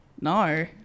no